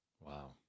Wow